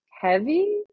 heavy